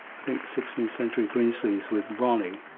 i think, sixteenth century greensleeves with ronnie.